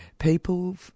People